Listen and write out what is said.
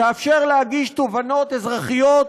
תאפשר להגיש תובענות אזרחיות